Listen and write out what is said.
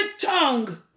tongue